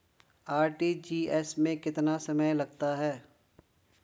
RTGS में कितना समय लगता है?